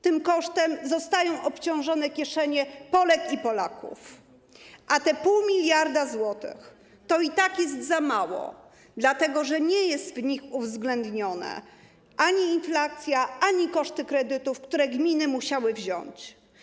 Tym kosztem zostają obciążone kieszenie Polek i Polaków, a te 0,5 mld zł to i tak jest za mało, dlatego że nie jest w nich uwzględniona ani inflacja, ani koszty kredytów, które gminy musiały wziąć.